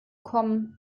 kommen